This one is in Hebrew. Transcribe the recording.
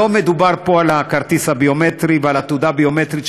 לא מדובר פה על הכרטיס הביומטרי ועל התעודה הביומטרית,